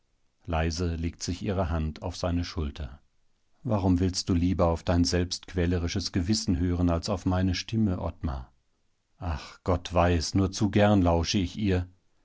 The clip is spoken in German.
leise legt sich ihre hand auf seine schulter warum willst du lieber auf dein selbstquälerisches gewissen hören als auf meine stimme ottmar ach gott weiß nur zu gern lausche ich ihr